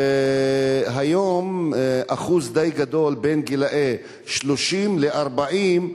והיום אחוז די גדול בין גילאי 30 40,